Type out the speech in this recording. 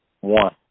One